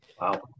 Wow